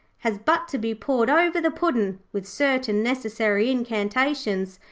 has but to be poured over the puddin', with certain necessary incantations,